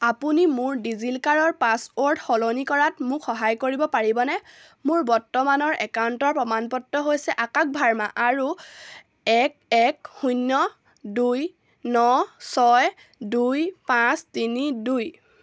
আপুনি মোৰ ডিজিলকাৰৰ পাছৱৰ্ড সলনি কৰাত মোক সহায় কৰিব পাৰিবনে মোৰ বৰ্তমানৰ একাউণ্টৰ প্ৰমাণপত্ৰ হৈছে আকাশ ভাৰ্মা আৰু এক এক শূন্য দুই ন ছয় দুই পাঁচ তিনি দুই